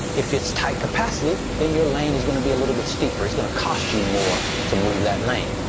if it's tight capacity, then your lane is gonna be a little bit steeper. it's gonna cost you more to move that lane.